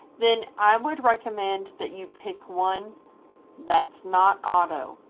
then i would recommend that you pick one that's not auto.